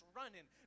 running